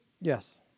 Yes